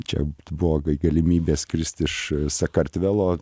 čia buvo kai galimybė skrist iš sakartvelo